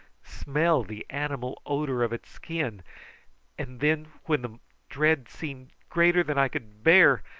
smell the animal odour of its skin and then, when the dread seemed greater than i could bear,